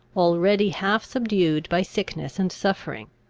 already half subdued by sickness and suffering.